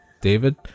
David